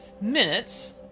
minutes